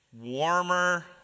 Warmer